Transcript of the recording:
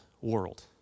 world